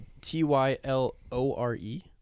T-Y-L-O-R-E